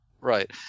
Right